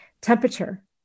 temperature